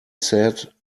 said